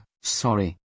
sorry